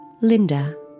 Linda